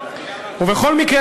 ובכל מקרה,